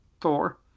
Thor